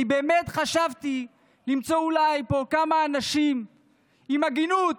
אני באמת חשבתי למצוא פה אולי כמה אנשים עם הגינות,